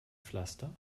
pflaster